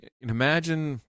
imagine